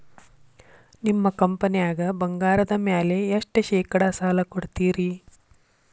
ನಿಮ್ಮ ಕಂಪನ್ಯಾಗ ಬಂಗಾರದ ಮ್ಯಾಲೆ ಎಷ್ಟ ಶೇಕಡಾ ಸಾಲ ಕೊಡ್ತಿರಿ?